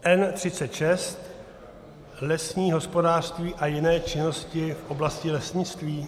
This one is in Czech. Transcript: N36 lesní hospodářství a jiné činnosti v oblasti lesnictví.